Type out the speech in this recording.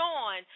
on